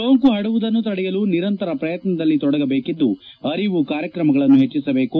ಸೋಂಕು ಪರಡುವುದನ್ನು ತಡೆಯಲು ನಿರಂತರ ಪ್ರಯತ್ನದಲ್ಲಿ ತೊಡಗಬೇಕಿದ್ಲು ಅರಿವು ಕಾರ್ಯಕ್ರಮಗಳನ್ನು ಹೆಚ್ಚಿಸಬೇಕು